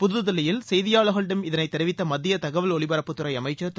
புதுதில்லியில் செயதியாளர்களிடம் இதனை தெரிவித்த மத்திய தகவல் ஒலிபரப்புத்துறை அமைச்சர் திரு